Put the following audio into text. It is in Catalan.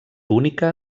única